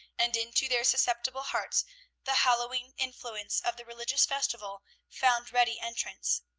and into their susceptible hearts the hallowing influence of the religious festival found ready entrance.